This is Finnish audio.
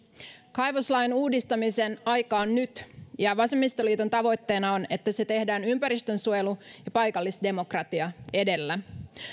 kaivoslain uudistamisen aika on nyt ja vasemmistoliiton tavoitteena on että se tehdään ympäristönsuojelu ja paikallisdemokratia edellä